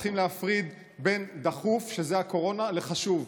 צריך להפריד בין דחוף, שזה הקורונה, לבין חשוב.